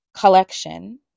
collection